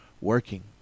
working